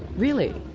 really?